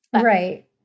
Right